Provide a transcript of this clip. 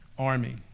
army